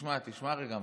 תשמע רגע משהו.